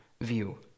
view